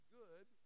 good